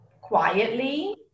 quietly